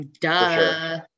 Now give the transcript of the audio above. Duh